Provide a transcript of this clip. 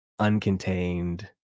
uncontained